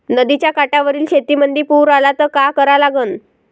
नदीच्या काठावरील शेतीमंदी पूर आला त का करा लागन?